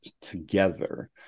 together